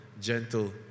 gentle